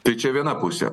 tai čia viena pusė